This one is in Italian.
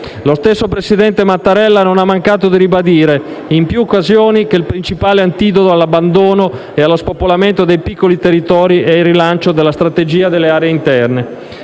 Lo stesso presidente Mattarella non ha mancato di ribadire in più occasioni che il principale antidoto all'abbandono e allo spopolamento dei piccoli territori è il rilancio della strategia delle aree interne.